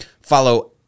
follow